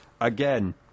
again